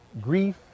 grief